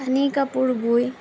কানি কাপোৰ বই